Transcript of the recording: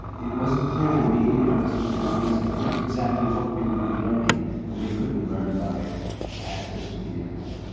it wasn't clear to me, it wasn't clear to lisa, just exactly what we would be learning that we couldn't learn by access to the internet.